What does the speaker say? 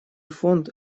фонд